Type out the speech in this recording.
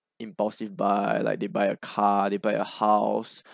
impulsive buy like they buy a car they buy a house